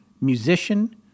musician